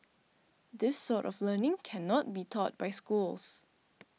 this sort of learning cannot be taught by schools